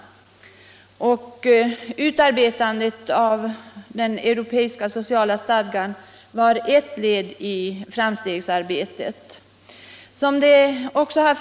Utarbetandet av den europeiska sociala stadgan var ett led i det framstegsarbetet.